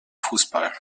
fußball